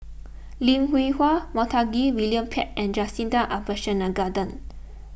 Lim Hwee Hua Montague William Pett and Jacintha Abisheganaden